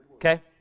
Okay